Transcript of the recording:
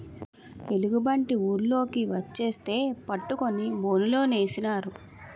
ఎలుగుబంటి ఊర్లోకి వచ్చేస్తే పట్టుకొని బోనులేసినారు